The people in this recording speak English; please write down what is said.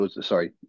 sorry